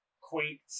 quaint